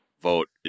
vote